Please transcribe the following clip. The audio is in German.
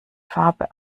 farbe